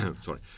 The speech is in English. sorry